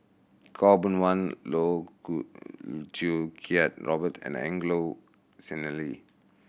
Khaw Boon Wan Loh Choo Kiat Robert and Angelo Sanelli